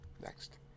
next